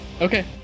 okay